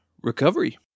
recovery